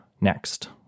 next